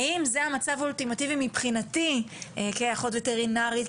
האם זה המצב האולטימטיבי מבחינתי כאחות וטרינרית,